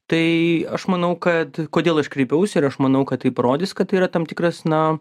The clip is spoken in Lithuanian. tai aš manau kad kodėl aš kreipiausi ir aš manau kad tai parodys kad yra tam tikras na